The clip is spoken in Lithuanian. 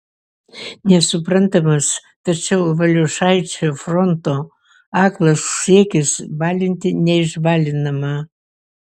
nesuprantamas tačiau valiušaičio fronto aklas siekis balinti neišbalinamą